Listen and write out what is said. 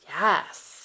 yes